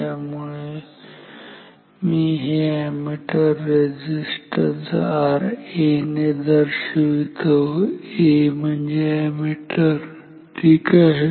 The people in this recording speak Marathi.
त्यामुळे मी हे अॅमीटर रेझिस्टन्स RA ने दर्शवितो A म्हणजे अॅमीटर ठीक आहे